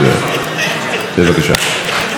בבקשה, ואחריו,